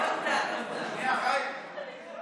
שנייה, חיים.